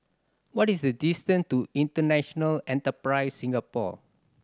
what is the distance to International Enterprise Singapore